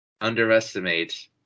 underestimate